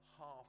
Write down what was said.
half